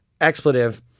expletive